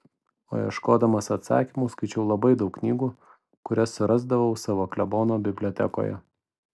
o ieškodamas atsakymų skaičiau labai daug knygų kurias surasdavau savo klebono bibliotekoje